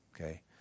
okay